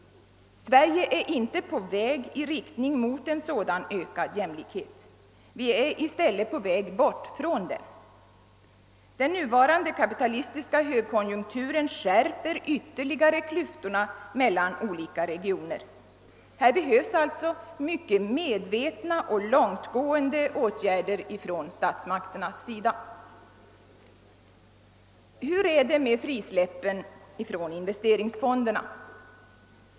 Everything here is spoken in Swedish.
Sverige är inte på väg i riktning mot en sådan ökad jämlikhet. Vi är i stället på väg bort från den. Den nuvarande kapitalistiska högkonjunkturen skärper ytterligare klyftorna mellan olika regioner. Här behövs alltså mycket medvetna och långtgående åtgärder från statsmakternas sida. Hur är det med frisläppen från investeringsfonderna?